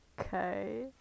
Okay